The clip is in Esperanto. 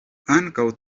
ankaŭ